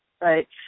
right